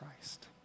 Christ